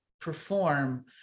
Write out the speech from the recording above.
perform